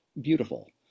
beautiful